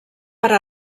per